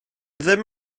ddim